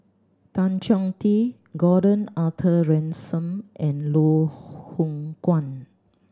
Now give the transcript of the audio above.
Tan Chong Tee Gordon Arthur Ransome and Loh Hoong Kwan